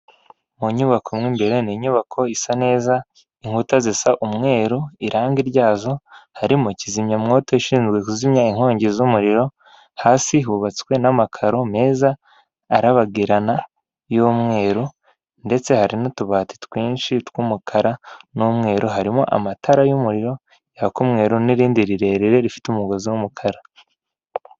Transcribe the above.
Mu nyubako imwe, imbere hasa neza, inkuta zifite irangi ry’umweru. Muri iyo nyubako harimo kizimyamwoto ishinzwe kuzimya inkongi z’umuriro. Hasi hubatswe amakaro meza y’umweru arabagirana, kandi harimo utubati twinshi tw’umukara n’umweru. Hari amatara yaka umweru, ndetse n’irindi rirerire rifite umugozi w’umukara.